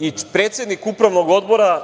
i predsednik upravnog odbora